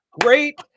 Great